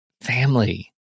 family